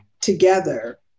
together